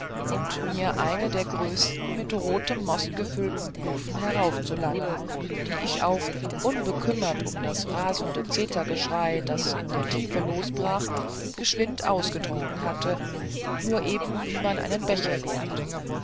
und mir eine der größten mit rotem most gefüllten kufen heraufzulangen die ich auch unbekümmert um das rasende zetergeschrei das in der tiefe losbrach geschwinde ausgetrunken hatte nur eben wie man einen becher leert